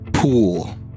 pool